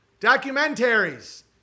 Documentaries